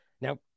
Now